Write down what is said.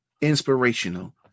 inspirational